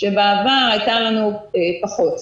שבעבר הייתה לנו פחות.